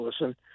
listen